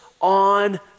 on